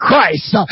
Christ